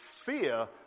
fear